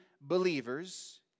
believers